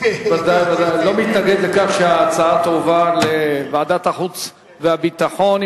לא מתנגד לכך שההצעה תועבר לוועדת החוץ והביטחון.